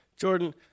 Jordan